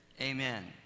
Amen